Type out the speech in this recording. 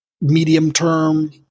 medium-term